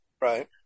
Right